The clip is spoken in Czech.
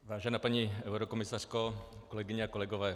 Vážená paní eurokomisařko, kolegyně a kolegové.